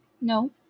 No